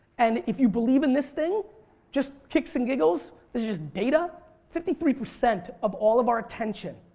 and if you believe in this thing just kicks and giggles this is just data fifty three percent of all of our attention,